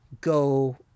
go